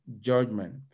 judgment